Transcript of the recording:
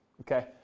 okay